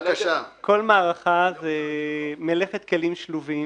כל מערכה היא מלאכת כלים שלובים